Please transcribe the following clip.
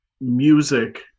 music